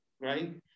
Right